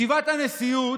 יש יושב-ראש לארג'.